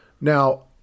Now